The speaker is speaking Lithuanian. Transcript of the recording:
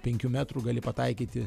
penkių metrų gali pataikyti